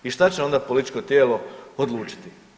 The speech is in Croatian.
I šta će onda političko tijelo odlučiti?